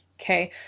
Okay